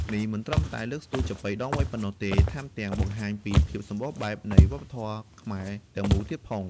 នេះមិនត្រឹមតែលើកស្ទួយចាប៉ីដងវែងប៉ុណ្ណោះទេ ថែមទាំងបង្ហាញពីភាពសម្បូរបែបនៃវប្បធម៌ខ្មែរទាំងមូលទៀតផង។